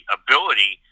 ability